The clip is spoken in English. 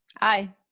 aye.